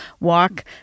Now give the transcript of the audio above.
walk